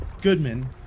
Goodman